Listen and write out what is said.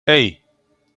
hey